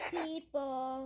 people